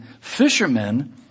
fishermen